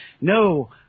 no